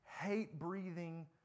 hate-breathing